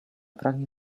pragnie